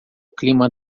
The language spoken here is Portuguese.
clima